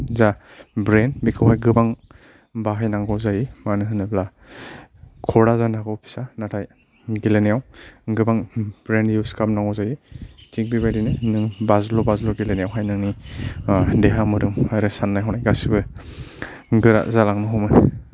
जा ब्रैन बेखौहाय गोबां बाहायनांगौ जायो मानो होनोब्ला खर्टा जानो हागौ फिसा नाथाय गेलेनायाव गोबां ब्रैन इउज खालामनांगौ जायो थिग बेबायदिनो नों बाज्ल' बाज्ल' गेलेनायावहाय नोंनि देहा मोदोम आरो सान्नाय हनाय गासिबो गोरा जालांनो हमो